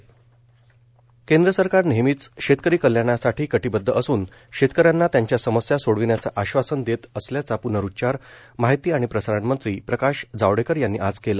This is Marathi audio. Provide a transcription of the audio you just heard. शेतकरी आंदोलन केंद्र सरकार नेहमीच शेतकरी कल्याणासाठी कटिबदध असून शेतकर्यांदना त्यांच्या समस्या सोडविण्याचं आश्वाटसन देत असल्याचा पूनरुच्चार माहिती आणि प्रसारणमंत्री प्रकाश जावडेकर यांनी आज केलं